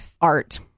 art